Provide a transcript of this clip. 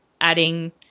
adding